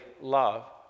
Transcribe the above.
love